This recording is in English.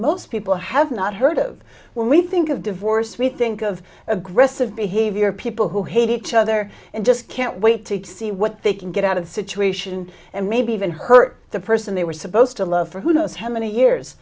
most people have not heard of when we think of divorce we think of aggressive behavior people who hate each other and just can't wait to see what they can get out of the situation and maybe even hurt the person they were supposed to love for who knows how many years